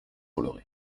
bolloré